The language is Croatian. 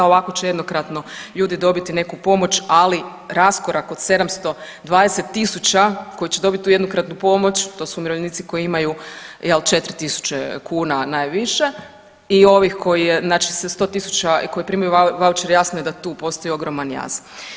Ovako će jednokratno ljudi dobiti neku pomoć, ali raskorak od 720.000 koji će dobit tu jednokratnu pomoć, to su umirovljenici koji imaju jel 4.000 kuna najviše i ovih koji je znači sa 100.000 koji primaju vaučer jasno je da tu postoji ogroman jaz.